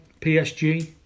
PSG